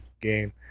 game